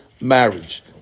marriage